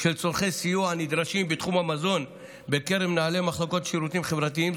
של צורכי סיוע הנדרשים בתחום המזון בקרב מנהלי מחלקות לשירותים חברתיים,